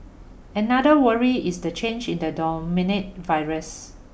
another worry is the change in the dominant virus